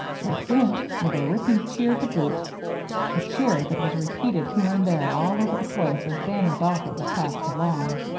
it went, with a ripping cheer to boot a cheer that was repeated here and there all over the place as bannon's offer was passed along.